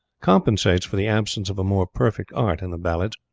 compensates for the absence of a more perfect art in the ballads